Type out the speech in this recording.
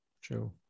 True